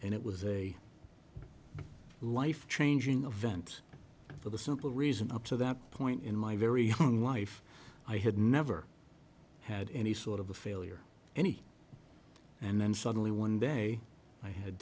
and it was a life changing event for the simple reason up to that point in my very young life i had never had any sort of a failure any and then suddenly one day i had